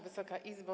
Wysoka Izbo!